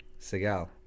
Segal